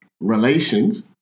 relations